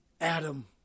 Adam